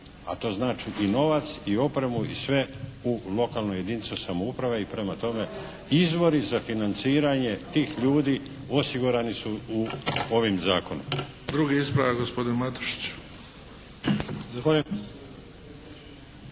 a to znači i novac i opremu i sve u lokalnu jedinicu samouprave i prema tome, izvori za financiranje tih ljudi osigurani su ovim zakonom. **Bebić, Luka (HDZ)** Drugi ispravak gospodin Matušić. **Matušić,